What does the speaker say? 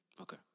Okay